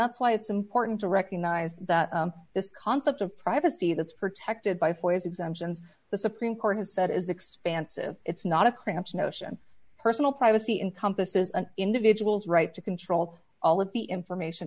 that's why it's important to recognize that this concept of privacy that's protected by force exemptions the supreme court has said is expansive it's not a cramped notion personal privacy encompasses an individual's right to control all of the information